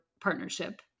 partnership